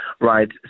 Right